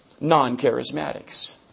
Non-charismatics